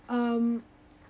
um